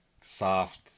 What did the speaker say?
soft